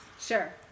Sure